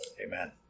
Amen